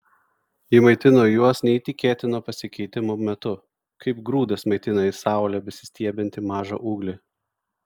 ji maitino juos neįtikėtino pasikeitimo metu kaip grūdas maitina į saulę besistiebiantį mažą ūglį